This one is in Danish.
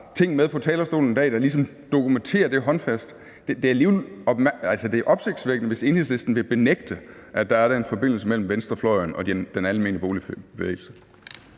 ting med på talerstolen i dag, der ligesom dokumenterer det håndfast. Altså, det er opsigtsvækkende, hvis Enhedslisten vil benægte, at der er den forbindelse mellem venstrefløjen og den almene boligbevægelse.